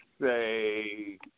say